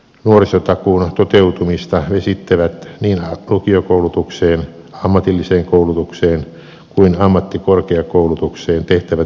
nuorisotakuun toteutumista vesittävät niin lukiokoulutukseen ammatilliseen koulutukseen kuin ammattikorkeakoulutukseen tehtävät mittavat leikkaukset